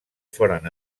foren